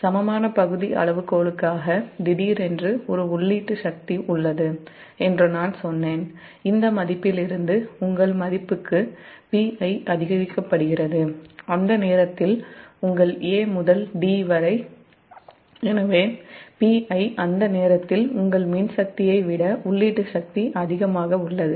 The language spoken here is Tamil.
சமமான பகுதி அளவுகோலுக்காக திடீரென்று ஒரு உள்ளீட்டு சக்தி உள்ளது என்று நான் சொன்னேன் இந்த மதிப்பிலிருந்து உங்கள் மதிப்புக்கு Pi அதிகரிக்கப்படுகிறது அந்த நேரத்தில் உங்கள் a முதல் d வரை Pi அந்த நேரத்தில் உங்கள் மின் சக்தியை விட உள்ளீட்டு சக்தி அதிகமாக உள்ளது